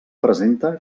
presenta